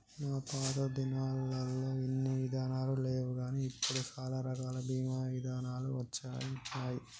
మా పాతదినాలల్లో ఇన్ని ఇదానాలు లేవుగాని ఇప్పుడు సాలా రకాల బీమా ఇదానాలు వచ్చినాయి